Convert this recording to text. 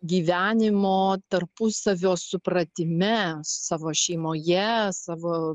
gyvenimo tarpusavio supratime savo šeimoje savo